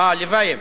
אה, לבייב.